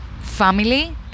family